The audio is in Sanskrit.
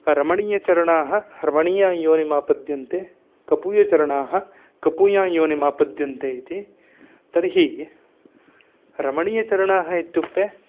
रमणीयचरणाः रमणीयामः योनिमापद्यन्ते कपूयचरणाः कपूयां योनिमापद्यन्ते तर्हि रमणीयचरणाः इत्युक्ते